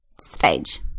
stage